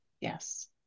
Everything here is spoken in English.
Yes